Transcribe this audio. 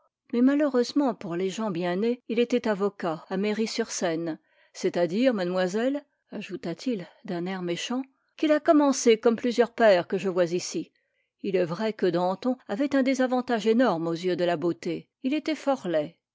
mais malheureusement pour les gens bien nés il était avocat à méry sur seine c'est-à-dire mademoiselle ajouta-t-il d'un air méchant qu'il a commencé comme plusieurs pairs que je vois ici il est vrai que danton avait un désavantage énorme aux yeux de la beauté il était fort laid